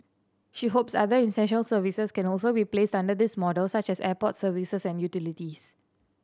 she hopes other essential services can also be placed under this model such as airport services and utilities